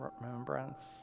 remembrance